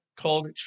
called